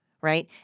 right